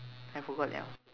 I forgot liao